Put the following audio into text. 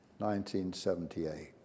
1978